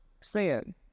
sin